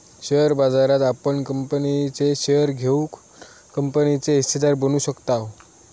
share बाजारात आपण कंपनीचे शेअर घेऊन कंपनीचे हिस्सेदार बनू शकताव